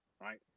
right